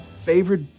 Favorite